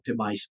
optimize